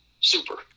super